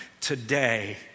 Today